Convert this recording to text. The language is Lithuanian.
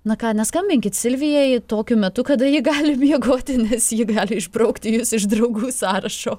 na ką neskambinkit silvijai tokiu metu kada ji gali miegoti nes ji gali išbraukti jus iš draugų sąrašo